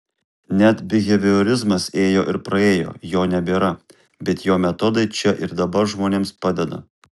net biheviorizmas ėjo ir praėjo jo nebėra bet jo metodai čia ir dabar žmonėms padeda